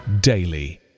daily